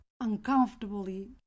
uncomfortably